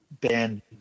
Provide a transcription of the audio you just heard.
Ben